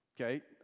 Okay